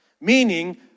Meaning